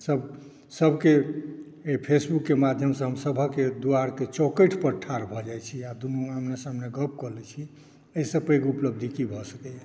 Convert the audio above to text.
सब सबके एहि फेसबुकके माध्यम से हम सभक दुआर पर चौकठि पर ठाढ भऽ जाय छी आ दुनू आमने सामने गप कऽ लै छी अइसँ पैघ उपलब्धि की भऽ सकैय